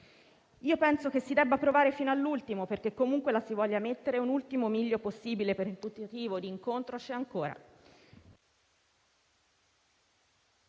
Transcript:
Penso che si debba provare fino all'ultimo perché, comunque la si voglia mettere, un ultimo miglio possibile per un tentativo di incontro c'è ancora.